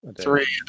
Three